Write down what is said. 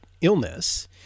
illness